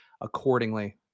accordingly